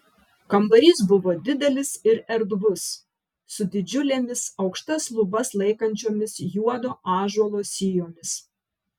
kambarys buvo didelis ir erdvus su didžiulėmis aukštas lubas laikančiomis juodo ąžuolo sijomis